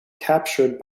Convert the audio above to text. captured